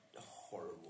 Horrible